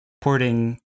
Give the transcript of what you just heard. porting